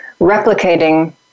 replicating